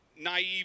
naive